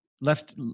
left